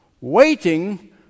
waiting